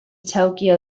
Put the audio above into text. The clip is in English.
tokyo